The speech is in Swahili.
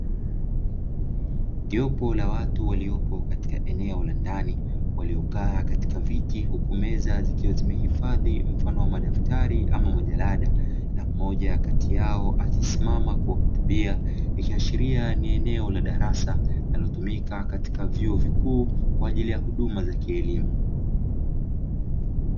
Jopo la watu waliopo katika eneo la ndani, waliokaa katika viti huku meza zikiwa zimehifadhi mfano wa madaftari ama majalada, na mmoja kati yao akisimama kuwahutubia, ikiashiria ni eneo la darasa linalotumika katika vyuo vikuu kwa ajili ya huduma za kielimu.